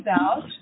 out